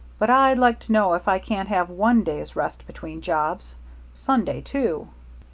but i'd like to know if i can't have one day's rest between jobs sunday, too.